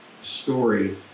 story